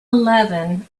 eleven